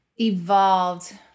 evolved